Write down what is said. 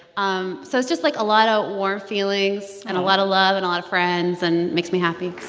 um so it's just, like, a lot of warm feelings and a lot of love and a lot of friends. and it makes me happy